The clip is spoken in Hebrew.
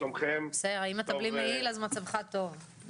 קודם כל,